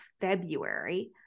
February